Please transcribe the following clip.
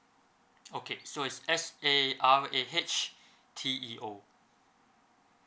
okay so it's S A R A H T E O